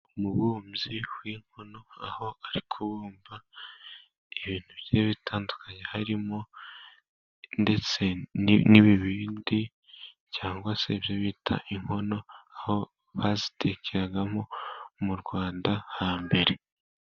Umubumbyi w'inkono aho ariko kubumba ibintu bye bitandukanye; harimo ndetse n'ibibindi cyangwa se ibyo bita inkono, aho bazitekeragamo mu rwanda rwo hambere.